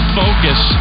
focus